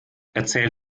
erzähl